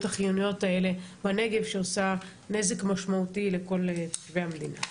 החיוניות האלה בנגב שעושה נזק משמעותי לכל תושבי המדינה.